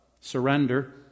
Surrender